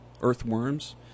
earthworms